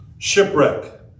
Shipwreck